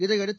இதையடுத்து